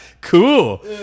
Cool